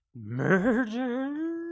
murder